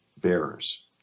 bearers